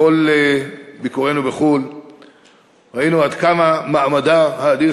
בכל ביקורינו בחו"ל ראינו עד כמה מעמדה האדיר